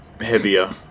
heavier